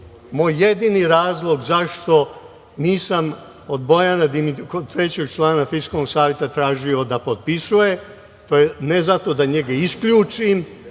Moj jedini razlog zašto nisam od trećeg člana Fiskalnog saveta tražio da potpisuje, ne zato da njega isključim